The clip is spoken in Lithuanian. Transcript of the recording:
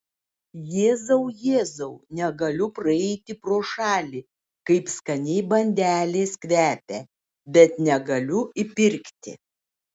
jėzau jėzau negaliu praeiti pro šalį kaip skaniai bandelės kvepia bet negaliu įpirkti